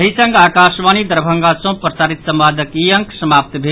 एहि संग आकाशवाणी दरभंगा सँ प्रसारित संवादक ई अंक समाप्त भेल